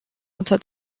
unter